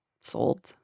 sold